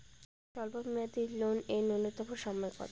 স্বল্প মেয়াদী লোন এর নূন্যতম সময় কতো?